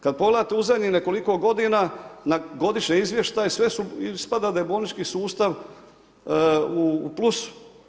Kad pogledate u zadnjih nekoliko godina, na godišnji izvještaj, sve ispada da je bolnički sustav u plusu.